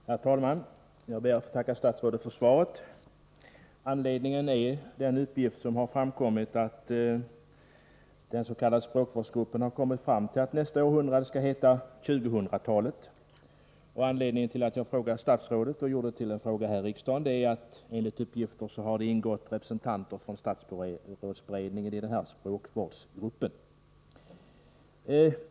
Herr talman! Jag ber att få tacka statsrådet för svaret. Frågan har föranletts av meddelandet att den s.k. språkvårdsgruppen har kommit fram till att nästa århundrade skall heta tjugohundratalet. Anledningen till att jag gör detta till en fråga här i riksdagen — och frågar statsrådet — är att enligt uppgifter har representanter för statsrådsberedningen ingått i denna språkvårdsgrupp.